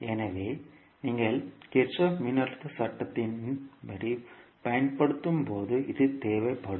எனவே நீங்கள் கிர்ச்சோஃப் மின்னழுத்த சட்டத்தைப் பயன்படுத்தும்போது இது தேவைப்படும்